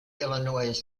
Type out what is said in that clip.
illinois